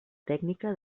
tècnica